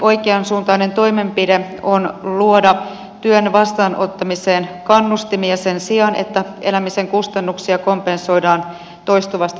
oikeansuuntainen toimenpide on esimerkiksi luoda työn vastaanottamiseen kannustimia sen sijaan että elämisen kustannuksia kompensoidaan toistuvasti toimeentulotuen kautta